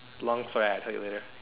long story I'll tell you later